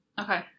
Okay